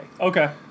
Okay